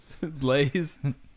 Blaze